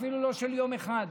אפילו לא של יום אחד.